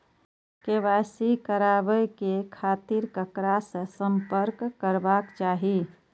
KYC कराबे के खातिर ककरा से संपर्क करबाक चाही?